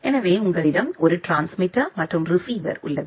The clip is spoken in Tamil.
எனவே உங்களிடம் ஒரு டிரான்ஸ்மிட்டர் மற்றும் ரிசீவர் உள்ளது